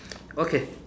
okay